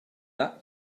that